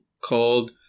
called